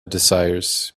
desires